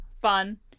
fun